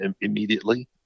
immediately